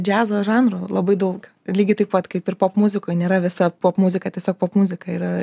džiazo žanrų labai daug lygiai taip pat kaip ir popmuzikoj nėra visa popmuzika tiesiog popmuzika yra